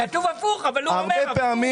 כתוב הפוך, אבל הוא אומר הפוך.